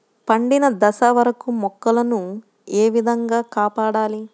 పండిన దశ వరకు మొక్కల ను ఏ విధంగా కాపాడాలి?